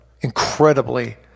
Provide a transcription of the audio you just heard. incredibly